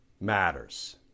matters